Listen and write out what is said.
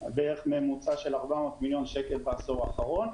בערך ממוצע של 400 מיליון שקל בעשור האחרון.